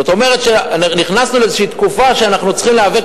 זאת אומרת שנכנסנו לאיזו תקופה שאנחנו צריכים להיאבק